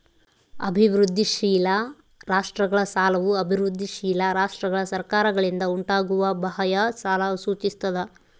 ಅಭಿವೃದ್ಧಿಶೀಲ ರಾಷ್ಟ್ರಗಳ ಸಾಲವು ಅಭಿವೃದ್ಧಿಶೀಲ ರಾಷ್ಟ್ರಗಳ ಸರ್ಕಾರಗಳಿಂದ ಉಂಟಾಗುವ ಬಾಹ್ಯ ಸಾಲ ಸೂಚಿಸ್ತದ